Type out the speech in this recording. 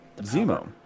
Zemo